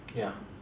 ya